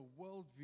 worldview